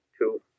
two